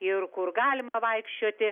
ir kur galima vaikščioti